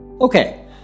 Okay